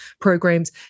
programs